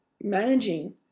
managing